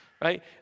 right